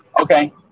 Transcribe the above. Okay